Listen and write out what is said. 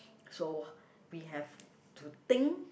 so we have to think